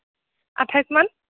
আঠাইছ মান